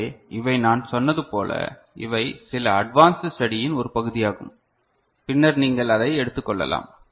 எனவே இவை நான் சொன்னது போல இவை சில அட்வான்ஸ்ட் ஸ்டடியின் ஒரு பகுதியாகும் பின்னர் நீங்கள் அதை எடுத்து கொள்ளலாம்